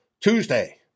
Tuesday